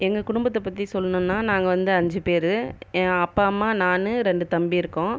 எங்கள் குடும்பத்தை பற்றி சொல்லனும்னா நாங்கள் வந்து ஐந்து பேரு என் அப்பா அம்மா நான் இரண்டு தம்பி இருக்கோம்